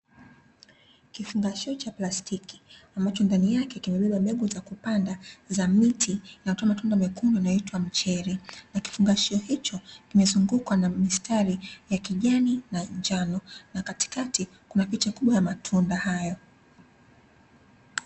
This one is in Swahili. Kifungashio cha plastiki ambacho ndani yake kimebeba mbegu za kupanda za miti inayotoa matunda mekundu yanayoitwa mchele, na kifungashio hicho kimezungukwa na mistari ya kijani na njano, na katikati kuna picha ya matunda hayo.